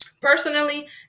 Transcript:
personally